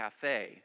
cafe